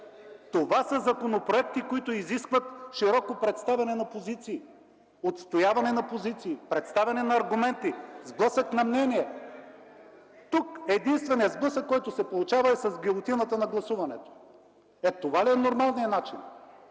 Това са законопроекти, които изискват широко представяне и отстояване на позиции, представяне на аргументи, сблъсък на мнения. Тук единственият сблъсък, който се получава, е с гилотината на гласуването. (Шум и реплики